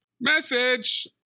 Message